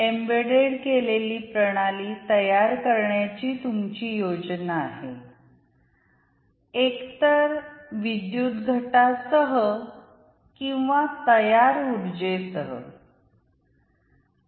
embedded केलेली प्रणाली तयार करण्याची तुमची योजना आहे एकतर विद्युत घटासह किंवा तयार उर्जे सह